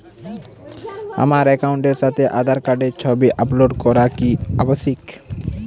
আমার অ্যাকাউন্টের সাথে আধার কার্ডের ছবি আপলোড করা কি আবশ্যিক?